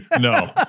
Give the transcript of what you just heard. no